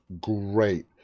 great